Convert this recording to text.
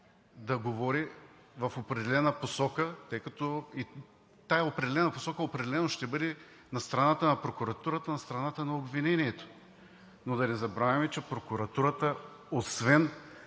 да говори в определена посока. Тази определена посока ще бъде на страната на прокуратурата, на страната на обвинението, но да не забравяме, че прокуратурата, освен